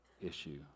issue